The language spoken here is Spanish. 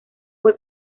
fue